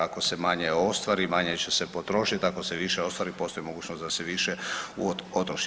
Ako se manje ostvari, manje će se potrošiti, ako se više ostvari, postoji mogućnost da se više potroši.